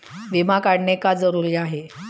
विमा काढणे का जरुरी आहे?